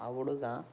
ಆ ಹುಡುಗ